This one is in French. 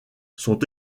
sont